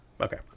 okay